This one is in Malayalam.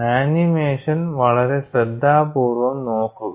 ആനിമേഷൻ വളരെ ശ്രദ്ധാപൂർവ്വം നോക്കുക